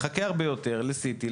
מחכה הרבה יותר ל-CT,